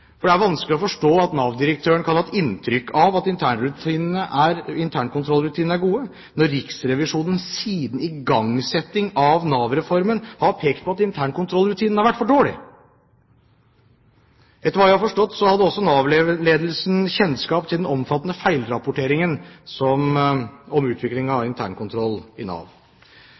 Det er vanskelig å forstå at Nav-direktøren kan ha hatt inntrykk av at internkontrollrutinene er gode, når Riksrevisjonen siden igangsettingen av Nav-reformen har pekt på at internkontrollrutinene har vært for dårlige. Etter hva jeg har forstått hadde også Nav-ledelsen kjennskap til den omfattende feilrapporteringen om utviklingen av internkontroll i Nav.